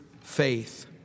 faith